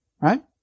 right